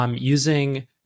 using